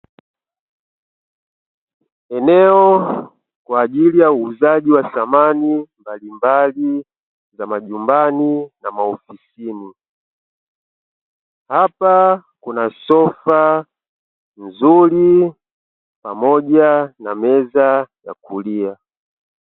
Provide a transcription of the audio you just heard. Eneo kwa ajili ya uuzaji wa samani mbalimbali za majumbani na maofisini. Hapa kuna sofa nzuri pamoja na meza ya kulia.